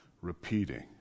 repeating